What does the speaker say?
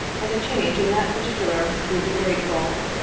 and a change in that particular will be grateful.